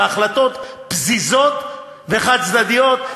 בהחלטת פזיזות וחד-צדדיות.